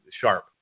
sharp